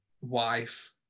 wife